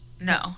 No